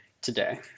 today